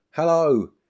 Hello